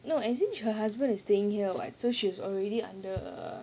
no as in her husband is staying here [what] so she was already under